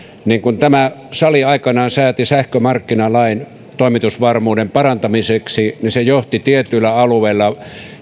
kun tämä sali aikanaan sääti sähkömarkkinalain toimitusvarmuuden parantamiseksi niin se johti tietyillä alueilla